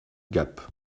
gap